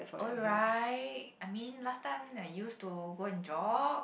alright I mean last time I used to go and jog